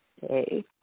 Hey